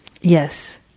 Yes